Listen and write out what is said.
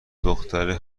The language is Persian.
دختره